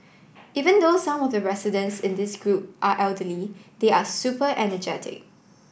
even though some of the residents in this group are elderly they are super energetic